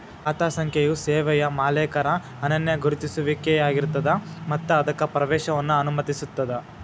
ಖಾತಾ ಸಂಖ್ಯೆಯು ಸೇವೆಯ ಮಾಲೇಕರ ಅನನ್ಯ ಗುರುತಿಸುವಿಕೆಯಾಗಿರ್ತದ ಮತ್ತ ಅದಕ್ಕ ಪ್ರವೇಶವನ್ನ ಅನುಮತಿಸುತ್ತದ